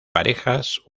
parejas